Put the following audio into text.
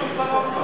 חודש.